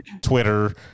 Twitter